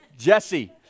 Jesse